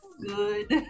good